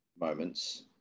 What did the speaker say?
moments